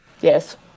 Yes